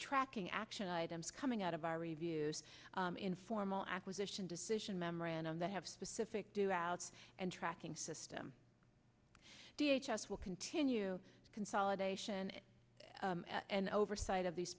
tracking action items coming out of our reviews in formal acquisition decision memorandum that have specific do outs and tracking system the h s will continue consolidation and oversight of these